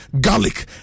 garlic